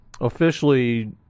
officially